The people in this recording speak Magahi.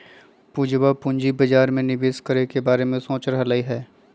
पूजवा पूंजी बाजार में निवेश करे के बारे में सोच रहले है